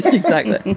exactly.